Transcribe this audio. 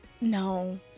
No